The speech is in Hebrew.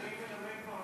אני מנמק מהמקום.